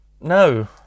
No